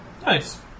Nice